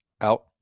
out